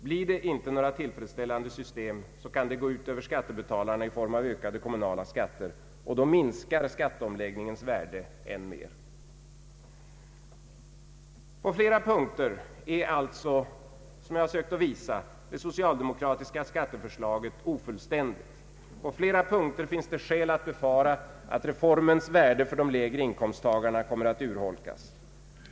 Blir det inte några tillfredsställande system, kan det gå ut över skattebetalarna i form av ökade kommunala skatter — och då minskar skatteomläggningens värde än mer. På flera punkter är alltså, som jag har sökt visa, det socialdemokratiska skatteförslaget ofullständigt; på flera punkter finns det skäl att befara att reformens värde för de lägre inkomsttagarna kommer att urholkas.